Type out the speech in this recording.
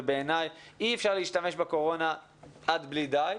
ובעיניי אי-אפשר להשתמש בקורונה עד בלי די.